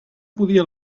podia